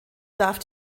darf